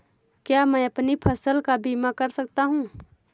क्या मैं अपनी फसल का बीमा कर सकता हूँ?